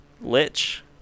Lich